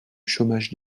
chômage